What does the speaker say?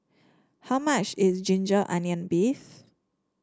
how much is ginger onion beef